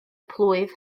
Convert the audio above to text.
plwyf